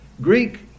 Greek